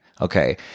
okay